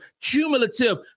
cumulative